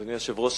אדוני היושב-ראש,